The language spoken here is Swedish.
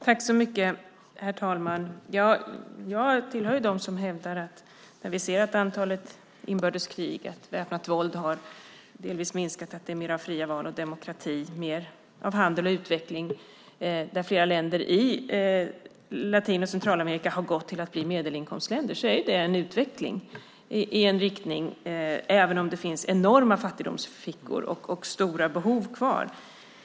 Herr talman! Jag tillhör dem som hävdar att det är en utveckling när vi ser att antalet inbördeskrig och det väpnade våldet delvis har minskat och att det är mer av fria val, demokrati, handel och utveckling, och flera länder i Latin och Centralamerika har blivit medelinkomstländer även om det finns enorma fattigdomsfickor och stora behov kvar.